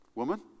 Woman